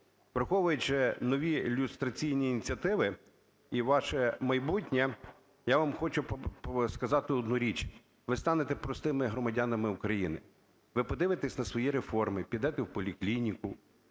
Враховуючи нові люстраційні ініціативи і ваше майбутнє, я вам хочу сказати одну річ: ви станете простими громадянами України, ви подивитесь на свої реформи, підете в поліклініку,